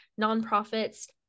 nonprofits